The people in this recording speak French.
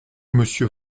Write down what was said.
monsieur